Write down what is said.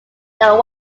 that